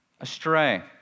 astray